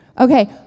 Okay